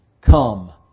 come